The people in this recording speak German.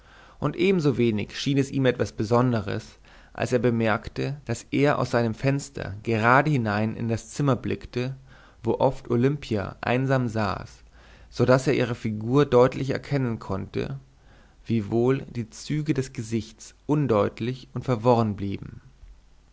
und ebensowenig schien es ihm etwas besonderes als er bemerkte daß er aus seinem fenster gerade hinein in das zimmer blickte wo oft olimpia einsam saß so daß er ihre figur deutlich erkennen konnte wiewohl die züge des gesichts undeutlich und verworren blieben